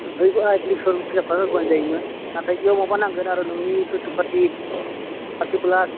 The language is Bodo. हैबा एप्लिकेसन फिलाब खालामना होबानो जायोमोन नाथाइ इयाव माबा नांगोन नोंनि थथ' पाति पारटिखुलार